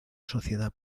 sociedad